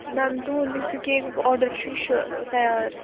میم تُہُنٛد یُس یہِ کیکُک آرڈر چھُ یہِ چھُ تَیار